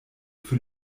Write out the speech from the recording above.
für